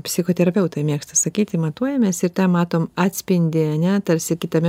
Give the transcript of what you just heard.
psichoterapeutai mėgsta sakyti matuojamės ir ten matom atspindį ane tarsi kitame